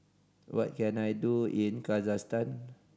what can I do in Kazakhstan